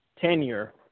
tenure